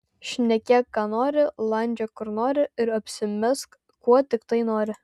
šnekėk ką nori landžiok kur nori ir apsimesk kuo tiktai nori